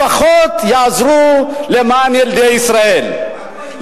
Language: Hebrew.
לפחות יעזרו למען ילדי ישראל,